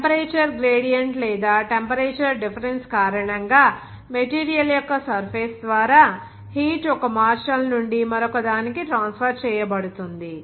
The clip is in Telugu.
టెంపరేచర్ గ్రేడియంట్ లేదా టెంపరేచర్ డిఫరెన్స్ కారణంగా మెటీరియల్ యొక్క సర్ఫేస్ ద్వారా హీట్ ఒక మార్షల్ నుండి మరొకదానికి ట్రాన్స్ఫర్ చేయబడుతుంది